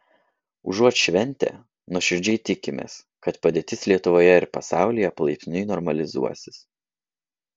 užuot šventę nuoširdžiai tikimės kad padėtis lietuvoje ir pasaulyje palaipsniui normalizuosis